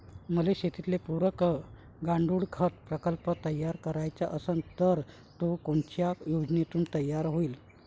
मले शेतीले पुरक गांडूळखत प्रकल्प तयार करायचा असन तर तो कोनच्या योजनेतून तयार होईन?